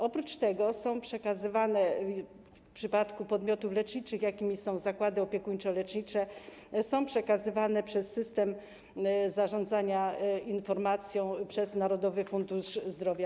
Oprócz tego w przypadku podmiotów leczniczych, jakimi są zakłady opiekuńczo-lecznicze, są przekazywane w systemie zarządzania informacją przez Narodowy Fundusz Zdrowia.